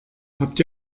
habt